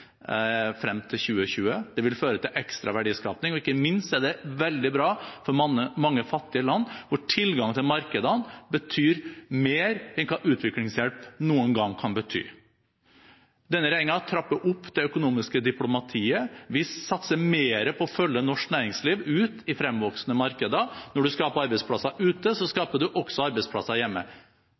frem til 2020, det vil føre til ekstra verdiskaping, og ikke minst er det veldig bra for mange fattige land, hvor tilgangen til markedene betyr mer enn hva utviklingshjelp noen gang kan bety. Denne regjeringen trapper opp det økonomiske diplomatiet. Vi satser mer på å følge norsk næringsliv ut i fremvoksende markeder. Når du skaper arbeidsplasser ute, skaper du også arbeidsplasser hjemme.